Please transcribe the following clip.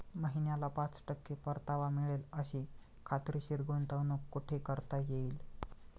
महिन्याला पाच टक्के परतावा मिळेल अशी खात्रीशीर गुंतवणूक कुठे करता येईल?